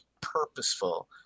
purposeful